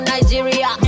Nigeria